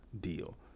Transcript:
deal